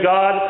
God